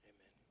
Amen